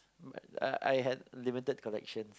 but I I had limited collections